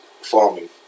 farming